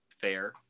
fair